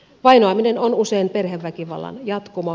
vainoaminen on usein perheväkivallan jatkumo